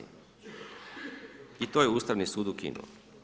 I to je Ustavni sud ukinuo.